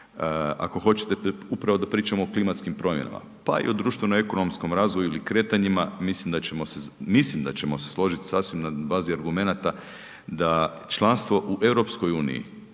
Ako hoćete upravo da pričamo o klimatskim promjenama, pa i o društveno ekonomskom razvoju ili kretanjima mislim da ćemo se složiti sasvim na bazi argumenata da članstvo u EU pruža